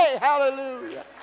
hallelujah